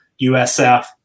USF